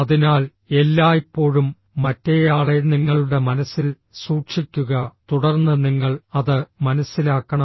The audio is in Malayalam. അതിനാൽ എല്ലായ്പ്പോഴും മറ്റേയാളെ നിങ്ങളുടെ മനസ്സിൽ സൂക്ഷിക്കുക തുടർന്ന് നിങ്ങൾ അത് മനസ്സിലാക്കണം